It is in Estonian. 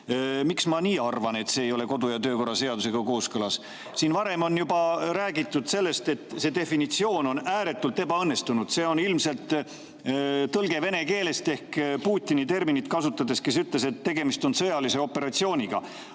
miks ma arvan, et see ei ole kodu‑ ja töökorra seadusega kooskõlas. Siin on varem juba räägitud, et see definitsioon on ääretult ebaõnnestunud. See on ilmselt tõlge vene keelest, kasutades Putini terminit, kes ütles, et tegemist on sõjalise operatsiooniga.